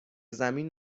زمین